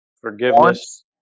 Forgiveness